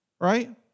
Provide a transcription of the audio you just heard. Right